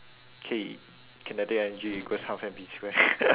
K kinetic energy equals half M V square